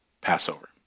Passover